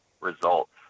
results